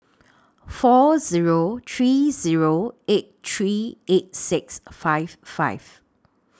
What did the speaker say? four Zero three Zero eight three eight six five five